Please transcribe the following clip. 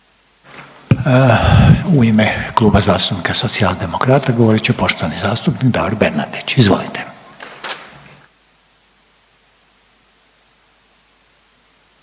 U ime Kluba zastupnika Socijaldemokrata govorit će poštovani zastupnik Davor Bernardić, izvolite.